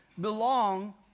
belong